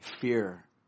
Fear